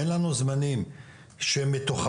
אין לנו זמנים שמתוחמים,